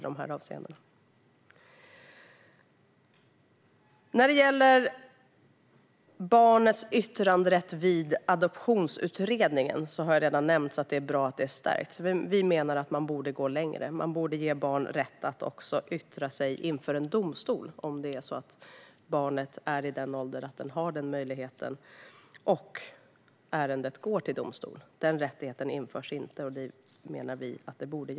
Jag har redan nämnt att det är bra att barnets yttranderätt i adoptionsutredningen stärks. Vi menar att man borde gå längre och ge barnet rätt att också yttra sig inför en domstol om barnets ålder möjliggör det och ärendet går till domstol. Denna rättighet införs inte, och det tycker vi att den borde.